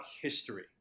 history